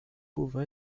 pauvre